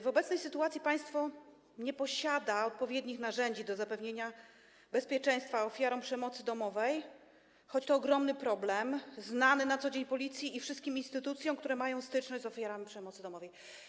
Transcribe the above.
W obecnej sytuacji państwo nie posiada odpowiednich narzędzi do zapewnienia bezpieczeństwa ofiarom przemocy domowej, choć to ogromny problem, znany na co dzień Policji i wszystkim instytucjom, które mają styczność z ofiarami przemocy domowej.